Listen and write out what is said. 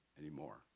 anymore